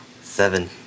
Seven